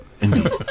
indeed